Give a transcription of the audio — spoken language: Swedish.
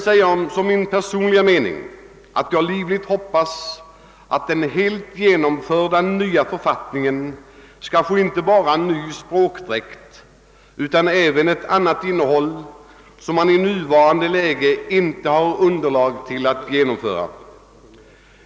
Som min personliga mening vill jag framhålla att jag livligt hoppas att vår helt genomförda nya författning skall få inte bara en ny språkdräkt utan även ett innehåll som det i nuvarande läge inte finns underlag för att utforma.